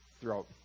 throughout